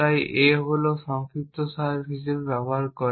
তাই a হল এর সংক্ষিপ্ত রূপটি ব্যবহার করবে